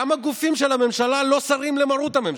גם הגופים של הממשלה לא סרים למרות הממשלה.